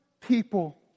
people